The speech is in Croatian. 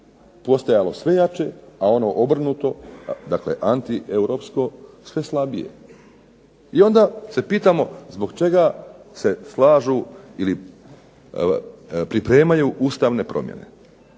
postojalo sve jače, a ono obrnuto, dakle anti europsko sve slabije. I onda se pitamo zbog čega se slažu ili pripremaju Ustavne promjene.